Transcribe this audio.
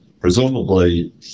presumably